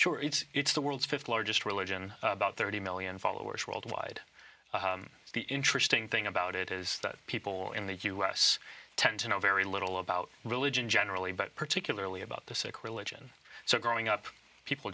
sure it's it's the world's th largest religion about thirty million followers worldwide the interesting thing about it is that people in the us tend to know very little about religion generally but particularly about the sick religion so growing up people